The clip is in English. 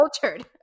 cultured